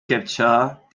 captured